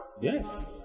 Yes